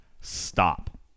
stop